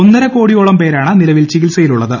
ഒന്നരക്കോടിയോളം പേരാണ് നിലവിൽ ചികിത്സയിലുള്ളത്